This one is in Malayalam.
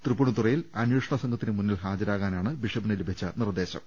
തൃപ്പൂണിത്തുറയിൽ അന്വേഷണ സംഘത്തിനു മുമ്പിൽ ഹാജരാകാനാണ് ബിഷപ്പിന് ലഭിച്ച നിർദ്ദേശം